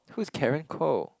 who's Karen Koh